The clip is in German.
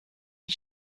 die